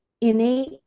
innate